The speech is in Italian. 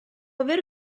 aver